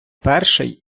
перший